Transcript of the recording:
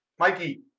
Mikey